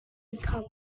income